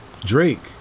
Drake